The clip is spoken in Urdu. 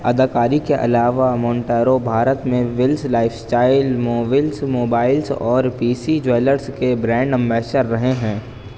اداکاری کے علاوہ مونٹیرو بھارت میں ولس لائف اسٹائل موبائلس اور پی سی جویلرس کے برینڈ امبیسڈر رہے ہیں